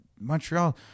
Montreal